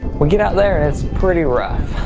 we get out there and its pretty rough.